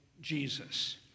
Jesus